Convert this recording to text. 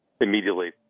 immediately